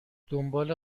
دنبال